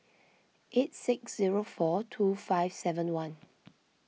eight six zero four two five seven one